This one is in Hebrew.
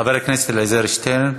חבר הכנסת אלעזר שטרן